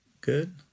good